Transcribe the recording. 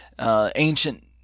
ancient